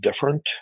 different